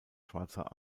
schwarzer